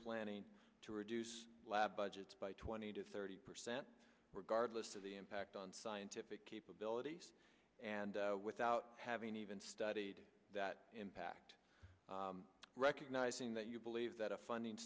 planning to reduce lab budgets by twenty to thirty percent regardless of the impact on scientific capabilities and without having even studied that impact recognizing that you believe that a funding